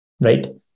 Right